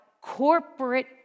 corporate